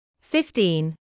Fifteen